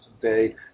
today